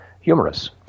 humorous